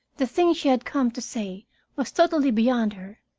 the thing she had come to say was totally beyond her.